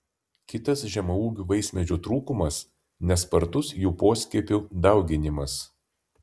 kitas žemaūgių vaismedžių trūkumas nespartus jų poskiepių dauginimas